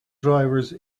drivers